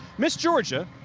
miss georgia,